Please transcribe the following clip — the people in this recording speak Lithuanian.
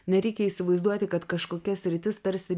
nereikia įsivaizduoti kad kažkokia sritis tarsi